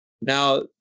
Now